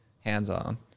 hands-on